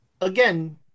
Again